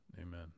Amen